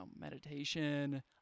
meditation